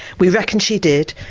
we reckon she did,